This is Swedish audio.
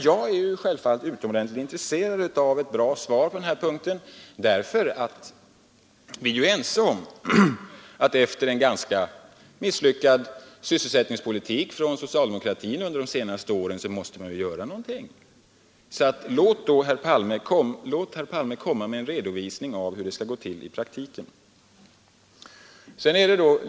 Jag är självfallet intresserad av ett bra svar på den här punkten därför att vi är ense om att vi efter en ganska misslyckad sysselsättningspolitik från socialdemokratins sida under de senaste åren nu måste göra någonting. Låt herr Palme komma med en redovisning av hur det skall gå till i praktiken.